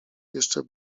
jeszcze